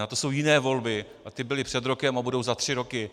A to jsou jiné volby, ty byly před rokem a budou za tři roky.